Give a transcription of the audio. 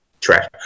trash